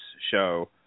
show